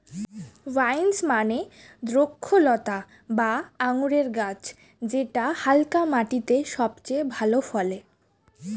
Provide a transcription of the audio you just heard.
vines মানে দ্রক্ষলতা বা আঙুরের গাছ যেটা হালকা মাটিতে সবচেয়ে ভালো ফলে